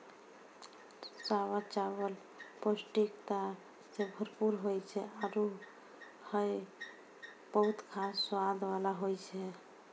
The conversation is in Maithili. सावा चावल पौष्टिकता सें भरपूर होय छै आरु हय बहुत खास स्वाद वाला होय छै